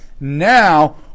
Now